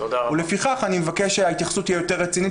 לפיכך אני מבקש שההתייחסות תהיה יותר רצינית,